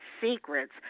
Secrets